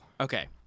Okay